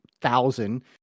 thousand